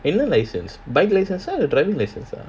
என்ன:enna license bike license ah driving license ah